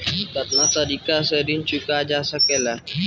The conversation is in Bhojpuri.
कातना तरीके से ऋण चुका जा सेकला?